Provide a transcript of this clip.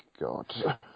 God